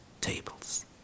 tables